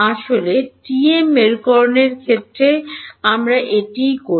আসলে টিএম মেরুকরণের ক্ষেত্রে আমরা এটিই করি